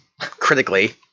Critically